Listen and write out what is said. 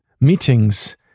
meetings